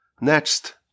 Next